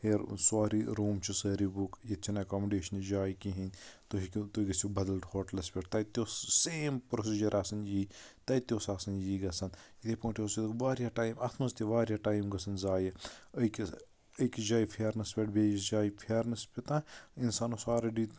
سورُے روم چھِ سٲری بُک ییٚتہِ چھنہٕ ایکامڈیشنٕچ جاے کِہینۍ تُہۍ ہٮ۪کِو تُہۍ گٔژھو بدل ہوٹلَس پٮ۪ٹھ تَتہِ تہِ اوس سیم پروسیجر آسان یی تَتہِ تہِ اوس آسان یی گژھان یِٹھٕے پٲٹھۍ اوس یہِ واریاہ ٹایم اَتھ منٛز تہِ واریاہ ٹایم گژھان زایہِ أکِس أکِس جایہِ پھیرنَس پٮ۪ٹھ بیٚیِس جایہِ پھیرنَس تام اِنسان اوس آلریڈی